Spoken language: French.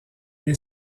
est